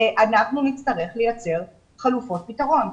אנחנו נצטרך לייצר חלופות פתרון.